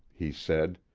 he said.